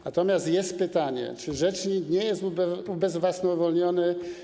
Natomiast pytanie, czy rzecznik nie jest ubezwłasnowolniony.